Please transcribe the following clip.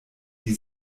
die